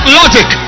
logic